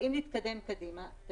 אני